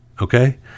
okay